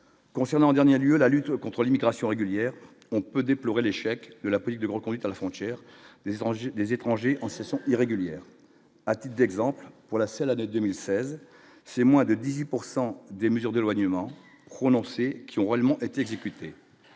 Concernant le dernier lieu, la lutte contre l'immigration régulière, on peut déplorer l'échec de la police de l'reconduite à la frontière les étrangers des étrangers en se sont irrégulières-t-il d'exemple pour la seule année 2016, c'est moins de 18 pourcent des mesures d'éloignement prononcées qui ont réellement été exécuté